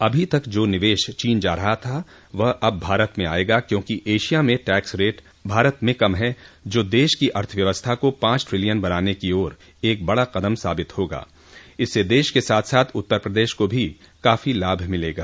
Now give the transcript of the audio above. अभी तक जो निवेश चीन जा रहा था वह अब भारत में आयेगा क्योंकि एशिया में टैक्स रेट भारत में सबसे कम है जो देश की अर्थव्यवस्था को पाँच ट्रिलियन बनाने की ओर एक बड़ा कदम साबित होगा इससे देश के साथ साथ उत्तर प्रदेश को भी काफी लाभ मिलेगा